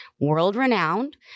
world-renowned